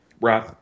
right